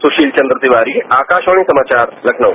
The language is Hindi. सुशील चंद्र तिवारी आकाशवाणी समाचार लखनऊ